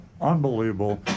unbelievable